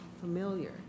familiar